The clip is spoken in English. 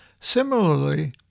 Similarly